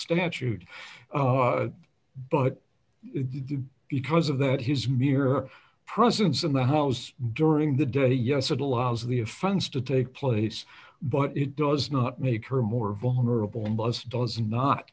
statute but the because of that his mere presence in the house during the day yes it allows the offense to take place but it does not make her more vulnerable in the us does not